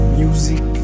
music